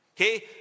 Okay